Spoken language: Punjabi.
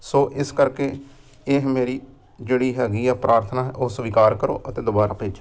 ਸੋ ਇਸ ਕਰਕੇ ਇਹ ਮੇਰੀ ਜਿਹੜੀ ਹੈਗੀ ਆ ਪ੍ਰਾਰਥਨਾ ਹੈ ਉਹ ਸਵੀਕਾਰ ਕਰੋ ਅਤੇ ਦੁਬਾਰਾ ਭੇਜੋ